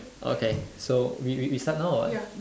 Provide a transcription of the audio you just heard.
okay so we we we start now or what